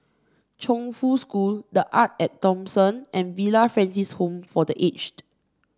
Chongfu School The Arte At Thomson and Villa Francis Home for The Aged